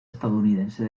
estadounidense